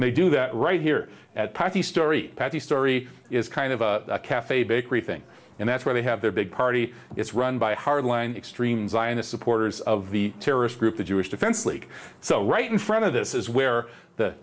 they do that right here at party story the story is kind of a cafe bakery thing and that's where they have their big party it's run by hardline extreme zionist supporters of the terrorist group the the jewish sleek so right in front of this is where the